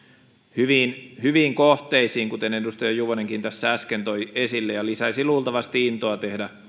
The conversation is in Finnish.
hyviin hyviin kohteisiin kuten edustaja juvonenkin tässä äsken toi esille ja lisäisi luultavasti intoa tehdä